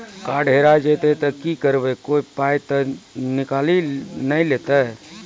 Card हेरा जइतै तऽ की करवै, कोय पाय तऽ निकालि नै लेतै?